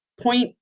point